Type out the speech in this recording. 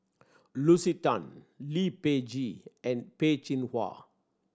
Lucy Tan Lee Peh Gee and Peh Chin Hua